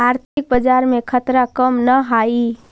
आर्थिक बाजार में खतरा कम न हाई